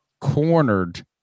cornered